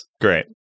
Great